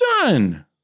Done